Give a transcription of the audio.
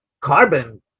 carbon